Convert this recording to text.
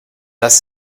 das